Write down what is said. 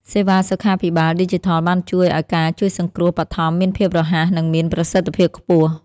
សេវាសុខាភិបាលឌីជីថលបានជួយឱ្យការជួយសង្គ្រោះបឋមមានភាពរហ័ស និងមានប្រសិទ្ធភាពខ្ពស់។